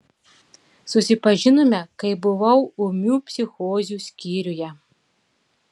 susipažinome kai buvau ūmių psichozių skyriuje